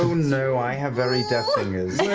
you know i have very deft fingers.